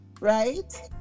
right